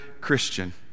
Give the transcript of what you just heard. Christian